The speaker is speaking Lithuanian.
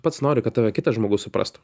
pats nori kad tave kitas žmogus suprastu